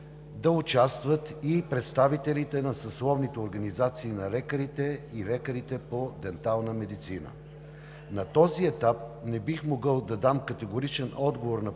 да участват и представителите на съсловните организации на лекарите и лекарите по дентална медицина. На този етап не бих могъл да дам категоричен отговор на поставения